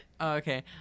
okay